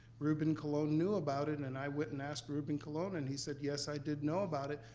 ruben colon knew about it and and i went and asked ruben colon and he said, yes, i did know about it.